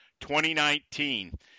2019